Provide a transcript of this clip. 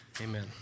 amen